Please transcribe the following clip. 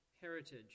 heritage